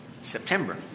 September